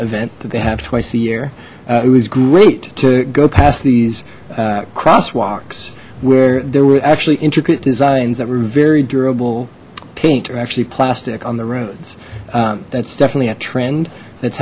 event that they have twice a year it was great to go past these crosswalks where there were actually intricate designs that were very durable paint or actually plastic on the roads that's definitely a trend that's